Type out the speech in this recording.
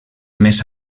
més